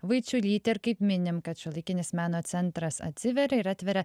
vaičiulytė ir kaip minim kad šiuolaikinis meno centras atsiveria ir atveria